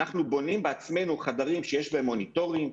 אנחנו בונים בעצמנו חדרים שיש בהם מוניטורים,